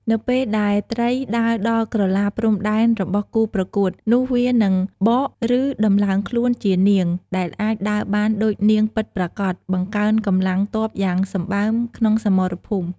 នៅពេលដែល ត្រី ដើរដល់ក្រឡាព្រំដែនរបស់គូប្រកួត នោះវានឹង បកឬដំឡើងខ្លួនជា នាង ដែលអាចដើរបានដូចនាងពិតប្រាកដ បង្កើនកម្លាំងទ័ពយ៉ាងសម្បើមក្នុងសមរភូមិ។